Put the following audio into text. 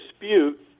dispute